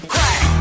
Crack